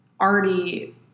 already –